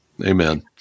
Amen